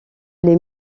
les